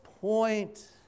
point